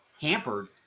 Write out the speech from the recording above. hampered